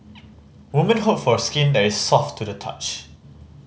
women hope for skin that is soft to the touch